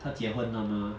她结婚了 mah